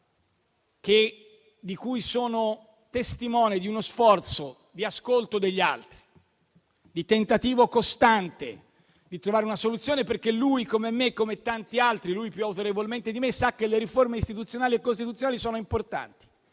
il senatore Pera, del cui sforzo di ascolto degli altri e di tentativo costante di trovare una soluzione sono testimone, perché lui, come me e come tanti altri, ma più autorevolmente di me, sa che le riforme istituzionali e costituzionali sono importanti.